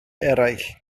eraill